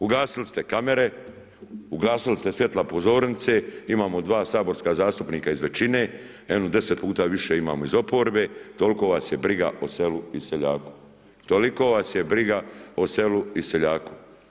Ugasili ste kamere, ugasili ste svjetla pozornice, imamo dva saborska zastupnika iz većine, jedno deset puta više imamo iz oporbe, toliko vas je briga o selu i seljaku, toliko vas je briga o selu i seljaku.